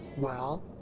well,